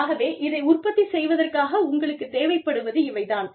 ஆகவே இதை உற்பத்தி செய்வதற்காக உங்களுக்குத் தேவைப்படுவது இவை தான்